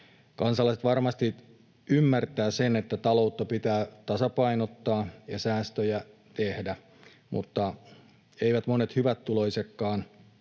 Kansalaiset varmasti ymmärtävät, että taloutta pitää tasapainottaa ja säästöjä tehdä, mutta eivät monet hyvätuloisetkaan